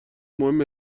مهم